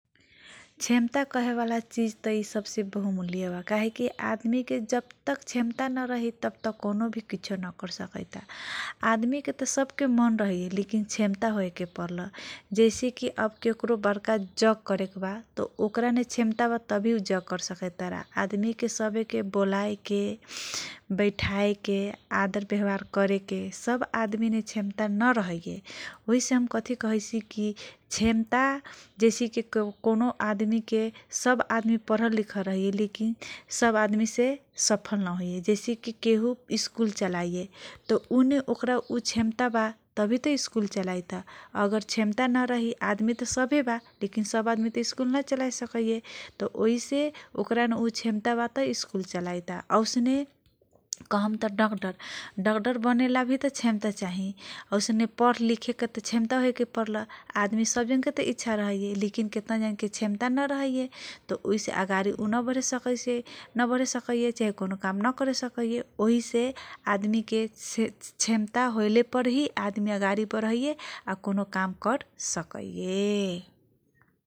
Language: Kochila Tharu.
सक्षता कहेबाला चिज तँ बहुमुल्य बा काहे कि आदमी के जब तक क्षमता नरही तँ कौनो भी कुसो नकरसकैता । आदमीके तँ सब के मन रहैये लेकिन क्षमता होइके परल । जैसेकि बरका जंग करेला तँ ओकरामे क्षमता बा तँ भी उ जग करसकैता । आदमी सबके बोलाएके, बैठाएके, आदर व्यावार करेके, सब आदमी मे, क्षमता नरहैये । उही से हम कथी कहैसी कि क्षमता जैसे कौनो आदमीके, सब आदमी परल, लिखल रहैये, सब आदमी सफल न होइये । केहु स्कूल चलाइये तँ, ऊ क्षमता बा तभी तँ स्कूल चलाइये त । अगर क्षमता नरही तँ, आदमी तँ सभे बा लेकिन सब आदमी स्कूल न चलाए सकैये । तँ उही ओकरामे, उ क्षमता बा तँ, स्कूल चलाइये तँ, औसने कहम तँ, डाक्टर बन्नेला भी तँ, क्षमता चाही । औसने पढ लिखके, क्षमता हाकरे पर, आदमी सब जनाके क्षमता नरहैये लेकिन केतजके तँ क्षमता नरहैये उही से उ अगाडी न बढैये चाहे कौनो काम नकर सकैये । उही से आदमी मे क्षमता होयेके परयै । आदमी अगाडी बढैये । या कौनो काम करसकैये ।